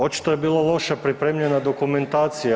Očito je bila loše pripremljena dokumentacija.